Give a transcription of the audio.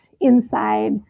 inside